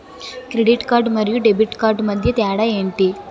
Credit card మరియు debit card మధ్య తేడా ఎంటి?